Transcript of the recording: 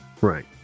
right